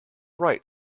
right